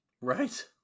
Right